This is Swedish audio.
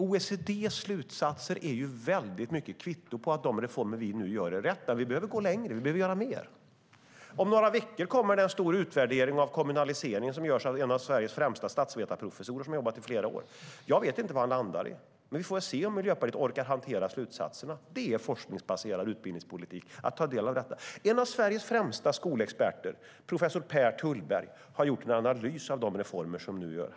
OECD:s slutsatser är i mycket ett kvitto på att de reformer vi gör är rätt. Vi behöver dock gå längre och göra mer. Om några veckor kommer en stor utvärdering av kommunaliseringen, som en av Sveriges främsta statsvetarprofessorer har jobbat med i flera år. Jag vet inte vad han landar i, men vi får se om Miljöpartiet orkar hantera slutsatserna. Det är forskningsbaserad utbildningspolitik att ta del av detta. En av Sveriges främsta skolexperter, professor Per Thullberg, har gjort en analys av de reformer som vi gör.